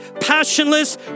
passionless